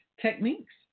techniques